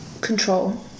control